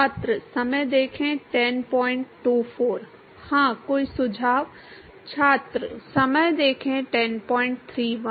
हाँ कोई सुझाव